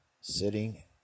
sitting